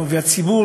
והציבור,